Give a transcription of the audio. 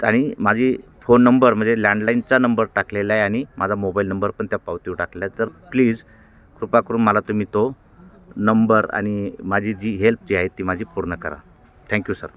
आणि माझा phone number म्हणजे लँडलाईनचा नंबर टाकलेला आहे आणि माझा मोबाईल नंबर पण त्या पावतीवर टाकला आहे तर प्लीज कृपा करून मला तुम्ही तो नंबर आणि माझी जी हेल्प जी आहे ती माझी पूर्ण करा थँक्यू सर